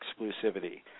exclusivity